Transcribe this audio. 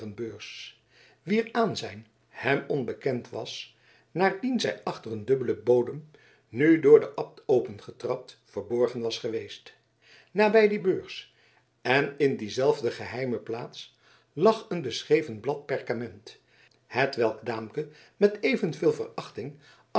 beurs wier aanzijn hem onbekend was naardien zij achter een dubbelen bodem nu door den abt opengetrapt verborgen was geweest nabij die beurs en in die zelfde geheime plaats lag een beschreven blad perkament hetwelk daamke met evenveel verachting